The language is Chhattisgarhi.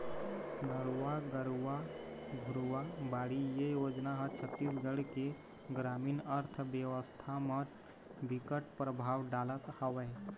नरूवा, गरूवा, घुरूवा, बाड़ी योजना ह छत्तीसगढ़ के गरामीन अर्थबेवस्था म बिकट परभाव डालत हवय